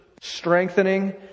strengthening